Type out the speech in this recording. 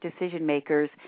decision-makers